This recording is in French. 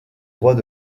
droits